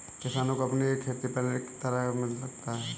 किसानों को अपनी खेती पर ऋण किस तरह मिल सकता है?